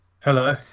Hello